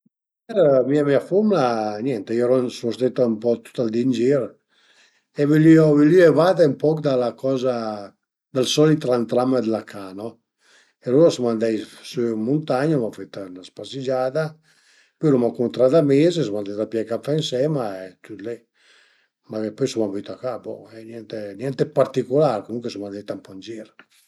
Sicürament la coza pi divertenta al e pudei andé ën muntagna cun i amis e caminé, fe spasegiade, ri-i e schersé, pöi riünise ënt ün post specifich ën muntagna e mangé, mangé, divertise, ri-i e anche magari beivi cuaic bicer dë vin ën pi